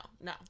no